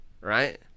right